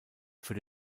für